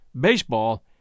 baseball